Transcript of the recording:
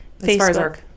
Facebook